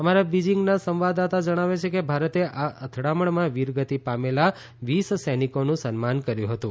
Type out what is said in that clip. અમારા બીજીંગના સંવાદદાતા જણાવે છે કે ભારતે આ અથડામણમાં વીરગતિ પામેલા વીસ સૈનિકોનું સન્માન કર્યું હતું